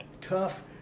tough